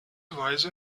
weise